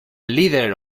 leader